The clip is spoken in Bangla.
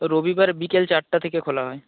তো রবিবার বিকেল চারটে থেকে খোলা হয়